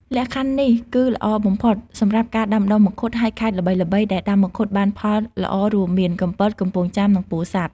លក្ខខណ្ឌនេះគឺល្អបំផុតសម្រាប់ការដាំដុះមង្ឃុត ហើយខេត្តល្បីៗដែលដាំមង្ឃុតបានផលល្អរួមមាន កំពត កំពង់ចាម និងពោធិ៍សាត់។